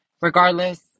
regardless